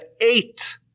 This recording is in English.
eight